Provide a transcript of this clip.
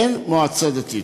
אין מועצה דתית.